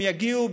והם יגיעו,